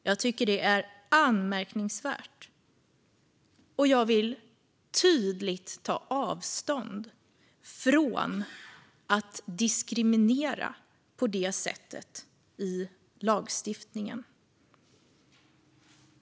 Jag tycker att det är anmärkningsvärt, och jag vill tydligt ta avstånd från tanken att diskriminera på det sättet i lagstiftningen.